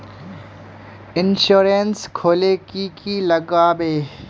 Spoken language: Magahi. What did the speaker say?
इंश्योरेंस खोले की की लगाबे?